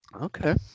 Okay